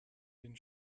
den